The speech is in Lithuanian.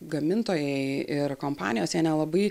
gamintojai ir kompanijos jie nelabai